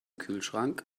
kühlschrank